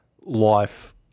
life